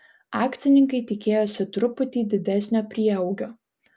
akcininkai tikėjosi truputį didesnio prieaugio